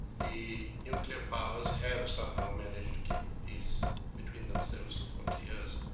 the nuclear powers have somehow managed to keep the peace between themselves for forty years,